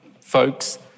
folks